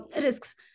risks